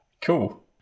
Cool